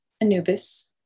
anubis